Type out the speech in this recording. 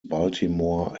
baltimore